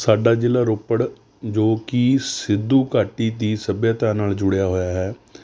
ਸਾਡਾ ਜ਼ਿਲ੍ਹਾ ਰੋਪੜ ਜੋ ਕਿ ਸਿੰਧੂ ਘਾਟੀ ਦੀ ਸੱਭਿਅਤਾ ਨਾਲ ਜੁੜਿਆ ਹੋਇਆ ਹੈ